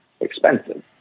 expensive